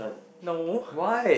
no